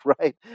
right